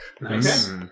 Nice